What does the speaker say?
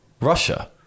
Russia